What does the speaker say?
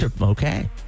Okay